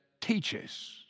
teaches